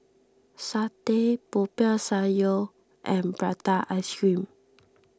Satay Popiah Sayur and Prata Ice Cream